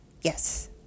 Yes